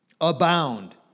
abound